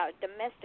domestic